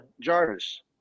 Jarvis